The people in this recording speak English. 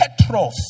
Petros